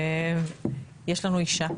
יש לנו אישה